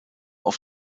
auf